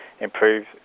improve